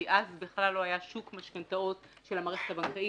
כי אז בכלל לא היה שוק משכנתאות של הממשלה.